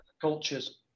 cultures